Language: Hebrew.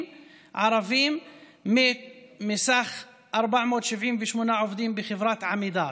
ערבים מתוך 478 עובדים בחברת עמידר,